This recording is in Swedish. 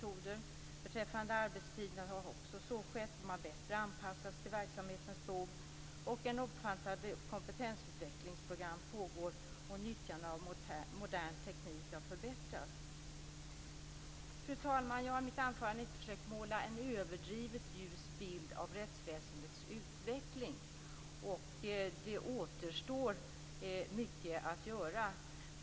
Åtgärder har också vidtagits beträffande arbetstiderna så att dessa bättre anpassats till verksamhetens behov. Ett omfattande kompetensutvecklingsprogram pågår, och nyttjandet av modern teknik har förbättrats. Fru talman! Jag har i mitt anförande inte försökt att måla en överdrivet ljus bild av rättsväsendets utveckling. Det återstår mycket att göra.